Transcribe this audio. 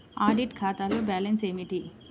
Audit ఖాతాలో balance ఏమిటీ?